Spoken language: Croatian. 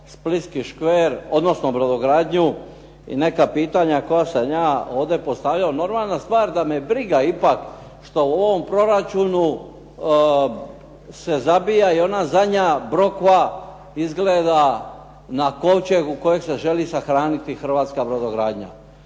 Splitski škver odnosno brodogradnju i neka pitanja koja sam ja ovdje postavljao. Normalna stvar da me briga ipak što u ovom proračunu se zabija i ona zadnja brokva izgleda na kovčegu kojeg se želi sahraniti hrvatska brodogradnja.